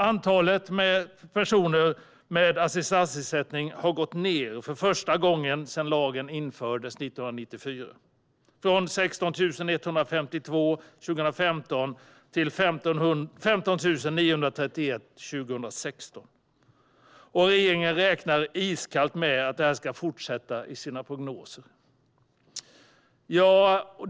Antalet personer med assistansersättning har gått ned för första gången sedan lagen infördes 1994, från 16 152 personer 2015 till 15 931 personer 2016, och i sina prognoser räknar regeringen iskallt med att detta ska fortsätta.